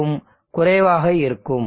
5க்கும் குறைவாக இருக்கும்